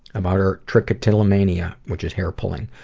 about her trichotillomania, which is hair pulling,